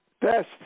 best